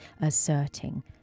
asserting